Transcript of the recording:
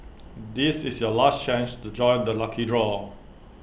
this is your last chance to join the lucky draw